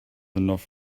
enough